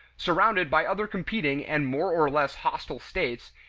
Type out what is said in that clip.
surrounded by other competing and more or less hostile states,